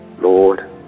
Lord